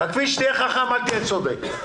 בכביש תהיה חכם, אל תהיה צודק.